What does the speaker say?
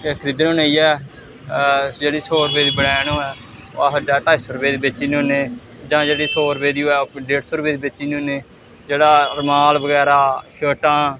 खरीदने होन्ने इयै जेह्ड़ी सौ रपेऽ दी बनैन होऐ ओह् अस अग्गें ढाई सौ रपेऽ दी बेची ओड़ने होन्ने जां जेह्ड़ी सौ रपेऽ दी होऐ ओह् डेढ सौ रपेऽ दी बेची ओड़ने होन्ने जेह्ड़ा रमाल बगैरा शर्टा